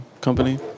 company